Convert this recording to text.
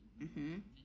mmhmm